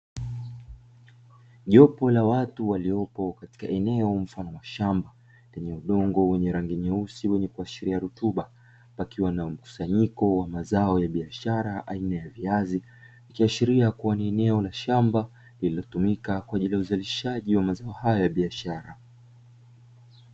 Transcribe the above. Jopo la watu waliopo katika eneo la mashamba yenye udongo wa rangi nyeusi yenye kuashiria rutuba, pakiwa na mkusanyiko wa mazao ya biashara aina ya viaz,i kuashiria kuwa ni eneo la shamba, lililotumika kwa ajili ya uzalishaji wa mazao haya ya biashara.